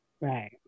Right